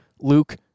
Luke